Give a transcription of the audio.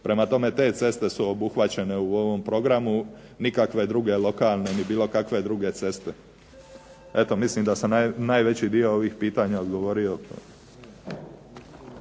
prema tome te ceste su obuhvaćene u ovom programu, nikakve druge lokalne ni bilo kakve druge ceste. Eto mislim da sam najveći dio ovih pitanja odgovorio.